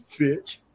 Bitch